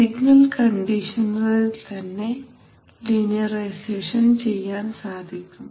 signal കണ്ടീഷണറിൽ തന്നെ linearisation ചെയ്യാൻ സാധിക്കും